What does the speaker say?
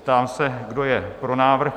Ptám se, kdo je pro návrh?